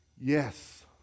Yes